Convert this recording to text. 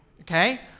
okay